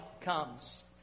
comes